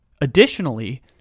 Additionally